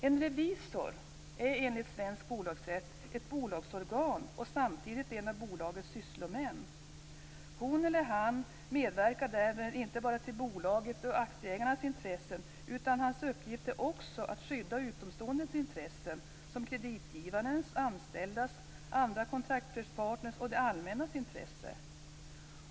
En revisor är enligt svensk bolagsrätt ett bolagsorgan och samtidigt en av bolagets sysslomän. Hon eller han verkar därmed inte bara i bolagets och aktieägarnas intresse, utan hans uppgift är också att skydda utomståendes intressen, såsom kreditgivares, anställdas, andra kontraktpartners och det allmännas intresse.